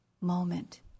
moment